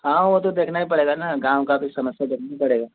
हाँ वो तो देखना ही पड़ेगा ना गाँव का भी समस्या देखने पड़ेगा